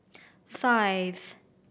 five